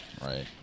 Right